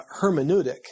hermeneutic